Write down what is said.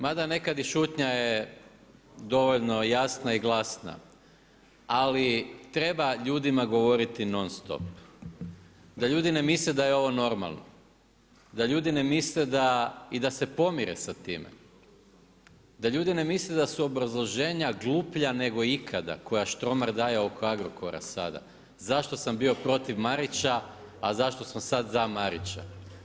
Mada nekad i šutnja je dovoljno jasna i glasna, ali treba ljudima govoriti non stop da ljudi ne misle da je ovo normalno, da ljudi ne misle i da se pomire sa time, da ljudi ne misle da su obrazloženja gluplja nego ikada koja Štromar daje oko Agrokora sada zašto sam bio protiv Marića a zašto smo sad za Marića?